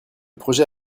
projet